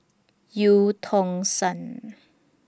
EU Tong Sun